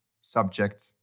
subject